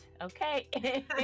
Okay